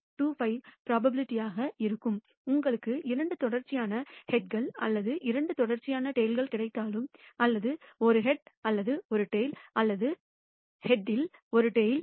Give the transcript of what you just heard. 25 probability இருக்கும் உங்களுக்கு இரண்டு தொடர்ச்சியான ஹெட்கள் அல்லது இரண்டு தொடர்ச்சியான டைல்கள் கிடைத்தாலும் அல்லது ஒரு ஹெட் அல்லது ஒரு டைல் அல்லது ஹெட்யில் ஒரு டைல் அனைத்தும் 0